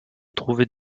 trouvaient